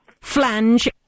Flange